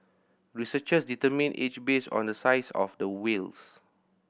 researchers determine age based on the size of the whales